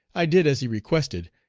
i did as he requested,